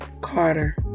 Carter